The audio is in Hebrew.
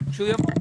שהוא יבוא.